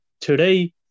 Today